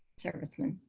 serviceman.